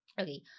okay